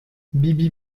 bibi